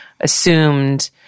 assumed